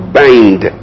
bind